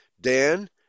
Dan